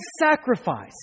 sacrifice